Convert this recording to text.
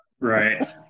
Right